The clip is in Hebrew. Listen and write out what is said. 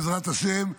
בעזרת השם.